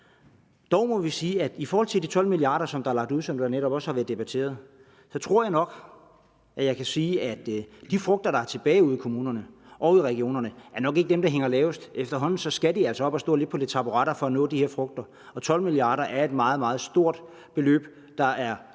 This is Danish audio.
Dog må vi sige, at i forhold til de 12 mia. kr., som er lagt ud, og som netop også har været debatteret, tror jeg nok, jeg kan sige, at de frugter, der er tilbage ude i kommunerne og regionerne, nok ikke er dem, der hænger lavest. Efterhånden skal de altså op at stå lidt på nogle taburetter for at nå de her frugter. 12 mia. kr. er et meget, meget stort beløb, der er